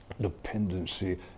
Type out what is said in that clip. dependency